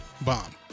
bomb